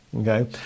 Okay